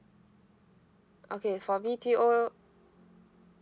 okay for B_T_O